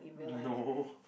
no